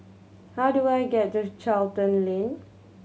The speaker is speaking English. how do I get to Charlton Lane